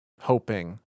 hoping